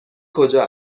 کجا